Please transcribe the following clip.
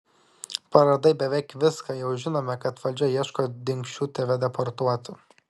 praradai beveik viską jau žinome kad valdžia ieško dingsčių tave deportuoti